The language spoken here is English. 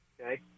okay